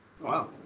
Wow